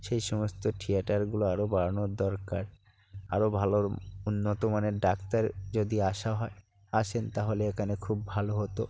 সেই সমস্ত থিয়েটারগুলো আরও বাড়ানোর দরকার আরও ভালো উন্নত মানের ডাক্তার যদি আসা হয় আসেন তাহলে এখানে খুব ভালো হতো